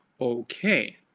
Okay